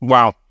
Wow